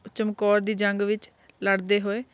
ਚਮਕੌਰ ਦੀ ਜੰਗ ਵਿੱਚ ਲੜਦੇ ਹੋਏ